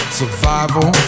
survival